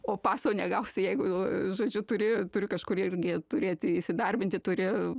o paso negausi jeigu žodžiu turi turi kažkur irgi turėti įsidarbinti turi